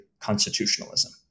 constitutionalism